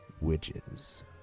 witches